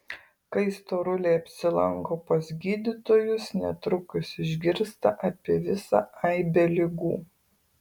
kai storuliai apsilanko pas gydytojus netrukus išgirsta apie visą aibę ligų